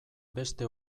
beste